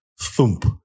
thump